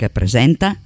presenta